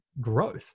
growth